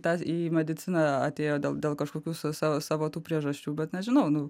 ta į mediciną atėjo dėl dėl kažkokių savo savo tų priežasčių bet nežinau nu